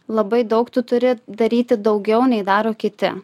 labai daug tu turi daryti daugiau nei daro kiti